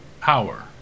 power